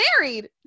married